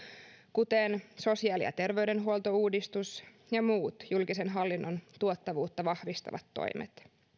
kuten sosiaali ja terveydenhuoltouudistus ja muut julkisen hallinnon tuottavuutta vahvistavat toimet